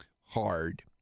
hard